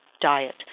diet